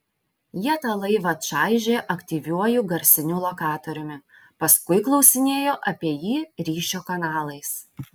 jie tą laivą čaižė aktyviuoju garsiniu lokatoriumi paskui klausinėjo apie jį ryšio kanalais